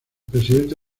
presidente